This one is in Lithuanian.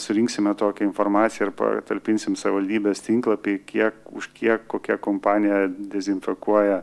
surinksime tokią informaciją ir patalpinsim savivaldybės tinklapy kiek už kiek kokia kompanija dezinfekuoja